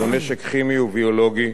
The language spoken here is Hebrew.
כגון נשק כימי וביולוגי,